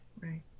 Right